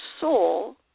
soul